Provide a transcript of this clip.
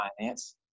finance